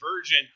version